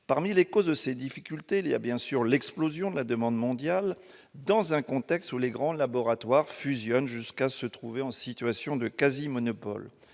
Parmi les causes de ces difficultés, on compte bien sûr l'explosion de la demande mondiale dans un contexte où les grands laboratoires fusionnent jusqu'à se trouver en situation de quasi-monopole